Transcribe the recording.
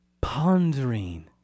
pondering